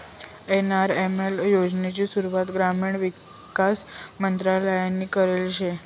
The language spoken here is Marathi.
एन.आर.एल.एम योजनानी सुरुवात ग्रामीण विकास मंत्रालयनी करेल शे